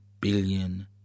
billion